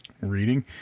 reading